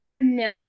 no